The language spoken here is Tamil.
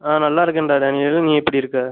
நான் நல்லா இருக்கேன்டா டானி நிரூன் நீ எப்படி இருக்க